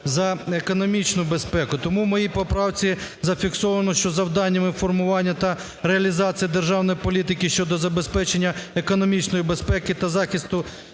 за економічну безпеку. Тому в моїй поправці зафіксовано, що завдання і формування та реалізації державної політики щодо забезпечення економічної безпеки та захисту